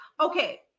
okay